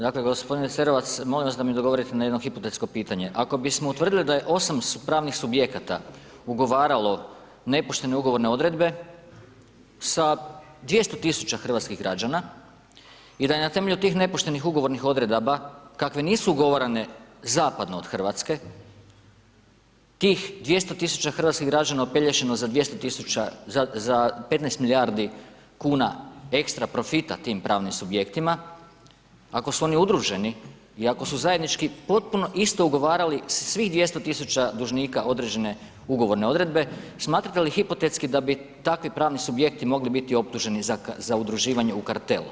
Dakle, gospodine Cerovac molim vas da mi odgovorite na jedno hipotetsko pitanje, ako bismo utvrdili da je 8 pravnih subjekata ugovaralo nepoštene ugovorne odredbe, sa 200 000 hrvatskih građana i da je na temelju tih nepoštenih ugovornih odredaba kake nisu ugovarane zapadno od Hrvatske, tih 200 000 hrvatskih građana opelješeno za 15 milijardi kuna ekstra profita tim pravim subjektima, ako su oni udruženi i ako su zajednički potpuno isto ugovarali svih 200 000 dužnika određene ugovorne odredbe, smatrate li hipotetski da bi takvi pravni subjekti mogli biti optuženi za udruživanje u kartel?